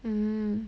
mm